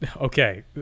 okay